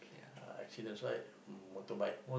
ah actually that's why mm motorbike